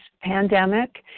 pandemic